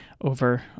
over